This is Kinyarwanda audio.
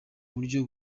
buryo